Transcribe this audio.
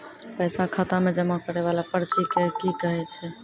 पैसा खाता मे जमा करैय वाला पर्ची के की कहेय छै?